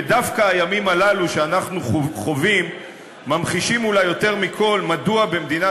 ודווקא הימים הללו שאנחנו חווים ממחישים אולי יותר מכול מדוע במדינת